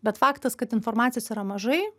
bet faktas kad informacijos yra mažai